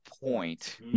point